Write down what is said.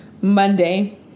Monday